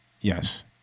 Yes